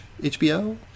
HBO